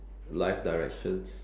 life directions